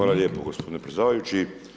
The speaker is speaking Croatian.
Hvala lijepo gospodine predsjedavajući.